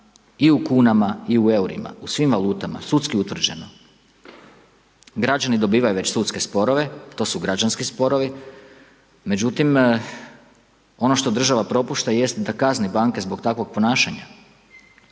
i u kunama i u eurima, u svim valutama, sudski utvrđeno. Građani dobivaju već sudske sporove, to su građanski sporovi međutim ono što država propušta jest da kazni banke zbog takvog ponašanja.